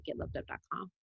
getlovedup.com